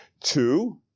Two